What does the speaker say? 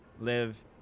live